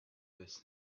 this